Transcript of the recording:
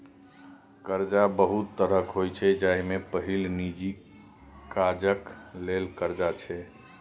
करजा बहुत तरहक होइ छै जाहि मे पहिल निजी काजक लेल करजा छै